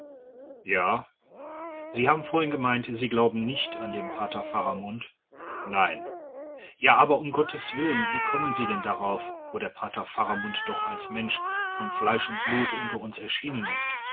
ja sie haben vorhin gemeint sie glaubten nicht an den pater faramund nein ja aber um gottes willen wie kommen sie denn darauf wo der pater faramund doch als mensch von fleisch und blut unter uns erschienen ist